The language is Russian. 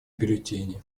бюллетени